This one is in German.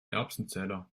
erbsenzähler